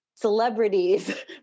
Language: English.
celebrities